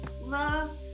love